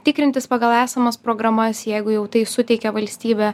tikrintis pagal esamas programas jeigu jau tai suteikia valstybė